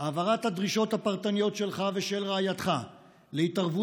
"העברת הדרישות הפרטניות שלך ושל רעייתך להתערבות